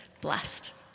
Blessed